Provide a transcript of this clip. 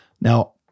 Now